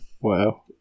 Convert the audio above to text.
Wow